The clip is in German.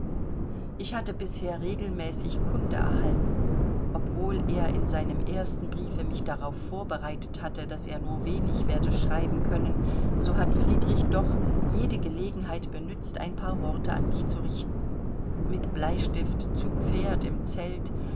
ich hatte bisher regelmäßig kunde erhalten obwohl er in seinem ersten briefe mich darauf vorbereitet hatte daß er nur wenig werde schreiben können so hat friedrich doch jede gelegenheit benützt ein paar worte an mich zu richten mit bleistift zu pferd im zelt